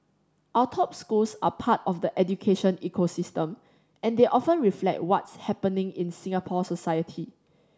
our top schools are part of the education ecosystem and they often reflect what's happening in Singapore society